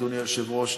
אדוני היושב-ראש,